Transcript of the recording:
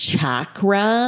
Chakra